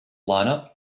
lineup